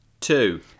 Two